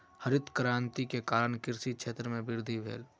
हरित क्रांति के कारण कृषि क्षेत्र में वृद्धि भेल